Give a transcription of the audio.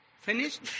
Finished